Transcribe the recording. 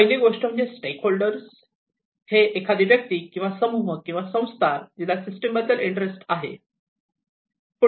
पहिली गोष्ट म्हणजे स्टेक होल्डर हे एखादी व्यक्ती किंवा समूह किंवा संस्था जिला सिस्टीम बद्दल इंटरेस्ट आहे